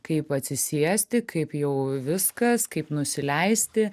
kaip atsisėsti kaip jau viskas kaip nusileisti